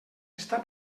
està